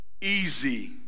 easy